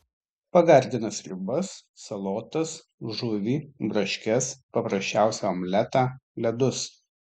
pagardina sriubas salotas žuvį braškes paprasčiausią omletą ledus